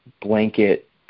blanket